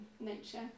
nature